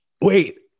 Wait